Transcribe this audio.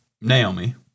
Naomi